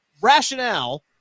rationale